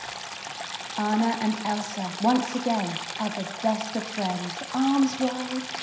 anna and elsa once again are the best of friends arms wide,